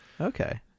Okay